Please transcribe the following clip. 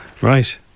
Right